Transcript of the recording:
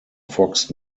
fox